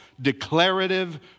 declarative